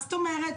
מה זאת אומרת?